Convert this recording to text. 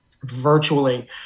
virtually